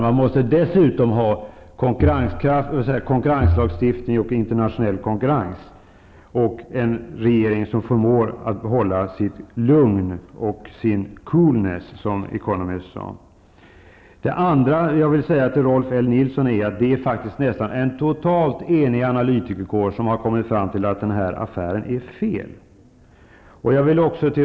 Man måste dessutom ha konkurrenslagstiftning, internationell konkurrens och en regering som förmår att behålla sitt lugn och sin ''coolness'', som the Economist sade. Till Rolf L Nilson vill jag säga att det faktiskt är en nästan totalt enig analytikerkår som har kommit fram till att den här affären är felaktig.